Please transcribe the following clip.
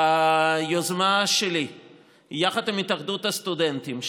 ביוזמה שלי יחד עם התאחדות הסטודנטים,